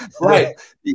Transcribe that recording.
Right